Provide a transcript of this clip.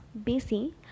BC